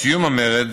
בסיום המרד